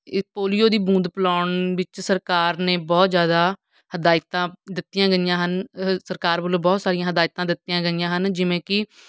ੲ polio ਦੀ ਬੂੰਦ ਪਿਲਾਉਣ ਵਿੱਚ ਸਰਕਾਰ ਨੇ ਬਹੁਤ ਜ਼ਿਆਦਾ ਹਦਾਇਤਾਂ ਦਿੱਤੀਆਂ ਗਈਆਂ ਹਨ ਹ ਸਰਕਾਰ ਵੱਲੋਂ ਬਹੁਤ ਸਾਰੀਆਂ ਹਦਾਇਤਾਂ ਦਿੱਤੀਆਂ ਗਈਆਂ ਹਨ ਜਿਵੇਂ ਕਿ